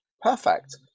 perfect